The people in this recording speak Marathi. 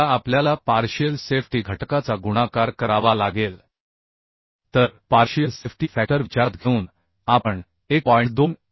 आता आपल्याला पार्शियल सेफ्टी घटकाचा गुणाकार करावा लागेल तर पार्शियल सेफ्टी फॅक्टर विचारात घेऊन आपण 1